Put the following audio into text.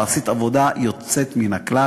ועשית עבודה יוצאת מן הכלל.